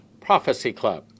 PROPHECYCLUB